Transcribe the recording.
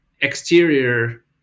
exterior